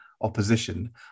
opposition